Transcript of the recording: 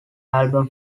album